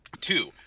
two